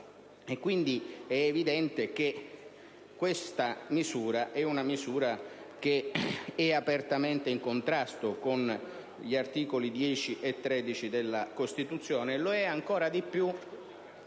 quindi evidente che questa misura è apertamente in contrasto con gli articoli 10 e 13 della Costituzione e lo è ancora di più